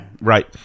right